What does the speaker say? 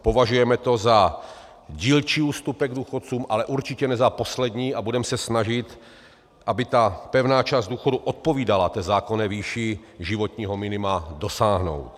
Považujeme to za dílčí ústupek důchodcům, ale určitě ne za poslední, a budeme se snažit, aby pevná část důchodu odpovídala té zákonné výši životního minima dosáhnout.